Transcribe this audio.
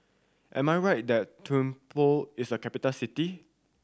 am I right that Thimphu is a capital city